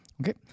Okay